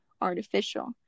artificial